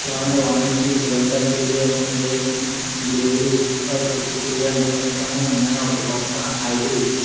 क्या मैं वाणिज्यिक सिलिंडर के लिए अपने गैस की डिलीवरी पर प्रतिक्रिया दे सकता हूँ मेरा उपभोक्ता आई डी